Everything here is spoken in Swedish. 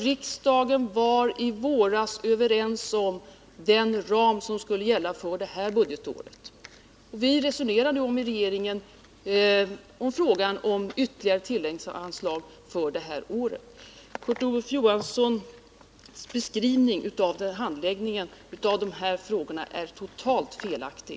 Riksdagen var i våras överens om den ram som skulle gälla för budgetåret 1979/80. Vi resonerar nu i regeringen om ytterligare tilläggsanslag för detta budgetår. Kurt Ove Johanssons beskrivning av handläggningen av dessa frågor är totalt felaktig.